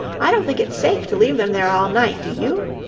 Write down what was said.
i don't think it's safe to leave them there all night, do you?